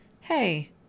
Hey